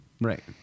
Right